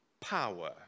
power